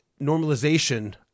normalization